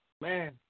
Man